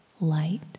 light